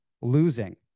losing